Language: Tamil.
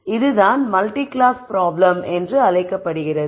இது தான் மல்டி கிளாஸ் ப்ராப்ளம் என்று அழைக்கப்படுகிறது